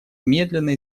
медленно